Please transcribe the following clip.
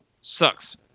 sucks